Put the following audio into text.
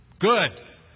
Good